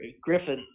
Griffin